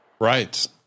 Right